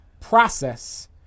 process